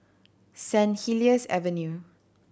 Saint Helier's Avenue